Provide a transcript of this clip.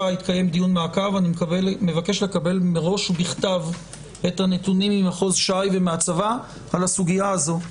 אני מבקש לקבל מראש ובכתב את הנתונים ממחוז ש"י ומהצבא על הסוגייה הזו.